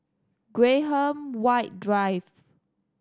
Graham White Drive